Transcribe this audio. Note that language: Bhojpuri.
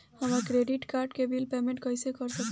हमार क्रेडिट कार्ड के बिल पेमेंट कइसे कर सकत बानी?